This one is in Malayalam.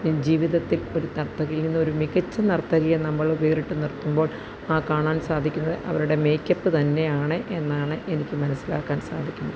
ജീവിതത്തില് ഒരു നര്ത്തകിയില് നിന്നും ഒരു മികച്ച നര്ത്തകിയെ നമ്മൾ വേറിട്ട് നിര്ത്തുമ്പോള് ആ കാണാന് സാധിക്കുന്നത് അവരുടെ മേക്കപ്പ് തന്നെയാണ് എന്നാണ് എനിക്ക് മനസ്സിലാകാന് സാധിക്കുന്നത്